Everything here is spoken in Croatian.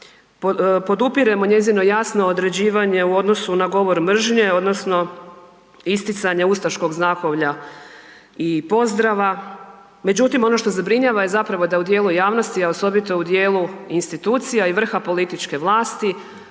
podupiremo njezino jasno određivanje u odnosu na govor mržnje odnosno isticanje ustaškog znakovlja i pozdrava. Međutim, ono što zabrinjava je zapravo da u dijelu javnosti, a osobito u dijelu institucija i vrha političke vlasti.